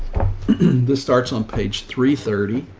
this starts on page three thirty